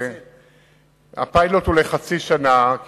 הפיילוט הוא לחצי שנה,